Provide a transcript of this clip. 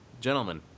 gentlemen